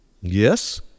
Yes